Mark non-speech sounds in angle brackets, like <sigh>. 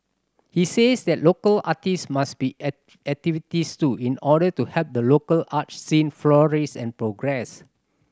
he says that local artists must be <unintelligible> activist too in order to help the local art scene flourish and progress